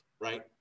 right